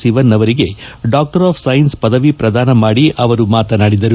ಸಿವನ್ ಅವರಿಗೆ doctor of science ಪದವಿ ಪ್ರದಾನ ಮಾಡಿ ಅವರು ಮಾತನಾಡಿದರು